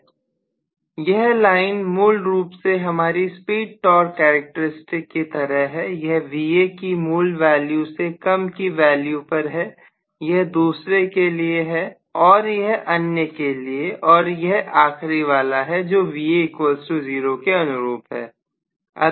professor यह line मूल रूप से हमारी स्पीड टॉर्क कैरेक्टर स्टिक की तरह है यह Va की मूल वैल्यू से कम की वैल्यू पर है यह दूसरे के लिए है आज यह अन्य के लिए और यह आखिरी वाला है जो Va0 के अनुरूप है